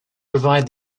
provide